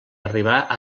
arribar